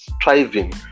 striving